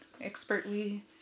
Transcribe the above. expertly